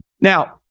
Now